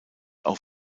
auch